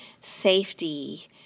safety